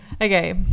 Okay